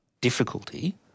difficulty